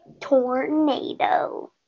tornado